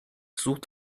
sucht